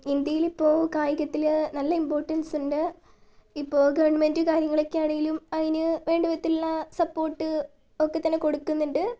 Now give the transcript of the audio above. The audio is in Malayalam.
ഇന്ത്യയിലിപ്പോൾ കായികത്തില് നല്ല ഇംപോർട്ടൻസുണ്ട് ഇപ്പൊൾ ഗവൺമെന്റ് കാര്യങ്ങളൊക്കെ ആണേലും അതിനു വേണ്ട വിധത്തിലുള്ള സപ്പോർട്ട് ഒക്കെ തന്നെ കൊടുക്കുന്നുണ്ട്